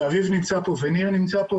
ויריב וניר נמצאים פה,